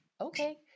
Okay